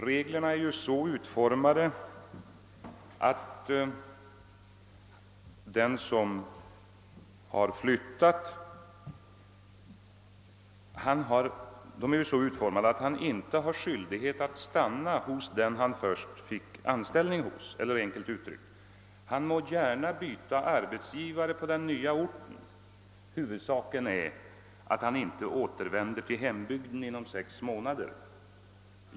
Reglerna innebär att den som flyttat inte har skyldighet att stanna där han först fick anställning. Eller enkelt uttryckt: Vederbörande må gärna byta arbetsgivare på den nya orten — huvudsaken är att han inte återvänder till hembygden inom sex månader.